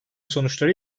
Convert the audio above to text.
sonuçları